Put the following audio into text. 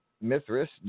mithras